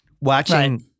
watching